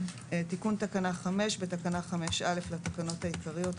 תיקון תקנה 52. בתקנה 5(א) לתקנות העיקריות - (1)